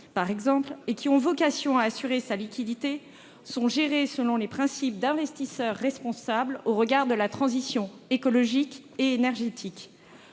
par exemple -, qui ont vocation à assurer sa liquidité, sont gérés selon les principes de l'investissement responsable au regard de la transition écologique et énergétique.